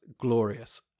glorious